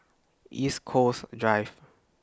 East Coast Drive